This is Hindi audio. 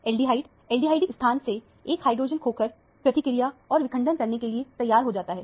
एल्डिहाइड एल्डिहाइडिक स्थान से एक हाइड्रोजन खोकर प्रतिक्रिया और विखंडन करने के लिए तैयार हो जाता है